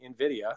NVIDIA